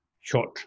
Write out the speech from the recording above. short